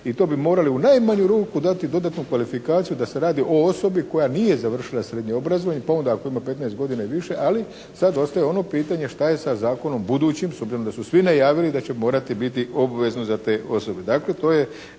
I to bi morali u najmanju ruku dati dodatni kvalifikaciju da se radi o osobi koja nije završila srednje obrazovanje … /Govornik se ne razumije./ … 15 godina i više. Ali sad ostaje ono pitanje šta je sa zakonom budućim, s obzirom da su svi najavili da će morati obvezno za te osobe.